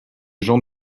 gens